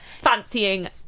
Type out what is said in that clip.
fancying